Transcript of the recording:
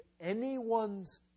anyone's